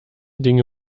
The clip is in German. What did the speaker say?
dinge